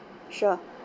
sure